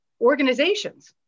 organizations